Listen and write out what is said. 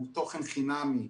הוא תוכן חינמי.